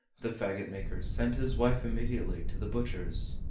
the fagot-maker sent his wife immediately to the butcher's.